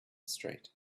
street